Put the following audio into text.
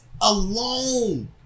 alone